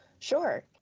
Sure